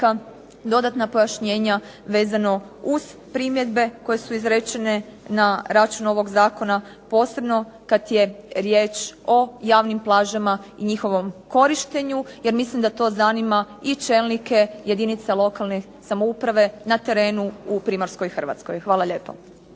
dodatna pojašnjenja vezano uz primjedbe koje su izrečene na račun ovog zakona, posebno kad je riječ o javnim plažama i njihovom korištenju, jer mislim da to zanima i čelnike jedinica lokalne samouprave na terenu u Primorskoj Hrvatskoj. Hvala lijepo.